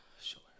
Sure